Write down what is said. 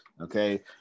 Okay